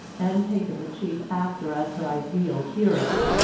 and taken the chief actor as her ideal hero,